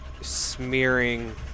smearing